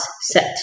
set